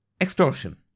extortion